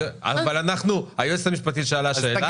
אבל היועצת המשפטית שאלה שאלה -- אז